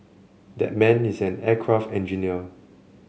that man is an aircraft engineer